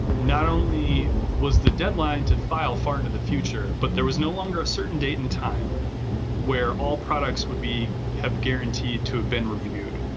not only was the deadline to file far into the future, but there was no longer a certain date and time where all products would be guaranteed to have been reviewed.